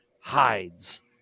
Hides